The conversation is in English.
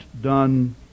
done